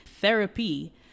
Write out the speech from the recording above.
Therapy